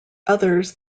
others